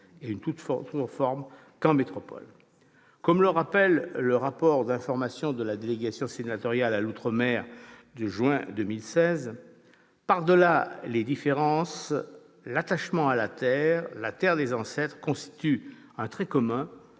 et une tout autre forme qu'en métropole. Comme le rappelle, dans son rapport d'information de juin 2016, la délégation sénatoriale à l'outre-mer :«[...] par-delà les différences, l'attachement à la terre, la terre des ancêtres, constitue un trait commun